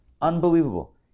Unbelievable